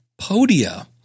Podia